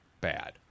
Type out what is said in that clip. bad